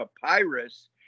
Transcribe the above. papyrus